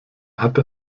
hatte